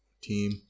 team